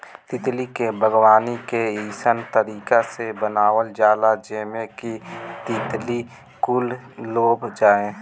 तितली के बागवानी के अइसन तरीका से बनावल जाला जेमें कि तितली कुल लोभा जाये